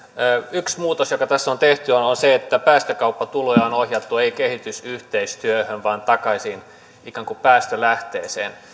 yksi muutos joka tässä on tehty on on se että päästökauppatuloja on ohjattu ei kehitysyhteistyöhön vaan takaisin ikään kuin päästölähteeseen